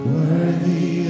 worthy